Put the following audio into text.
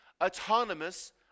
autonomous